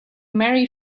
marry